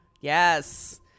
Yes